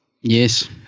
Yes